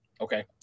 Okay